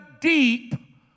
deep